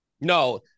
no